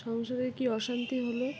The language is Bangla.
সংসারে কী অশান্তি হলো